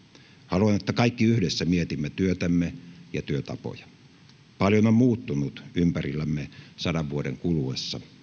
haluan että kaikki yhdessä mietimme työtämme ja työtapoja paljon on muuttunut ympärillämme sadan vuoden kuluessa